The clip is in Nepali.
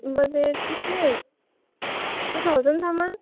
बजेट त्यस्तै टु थाउजन्डसम्म